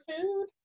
food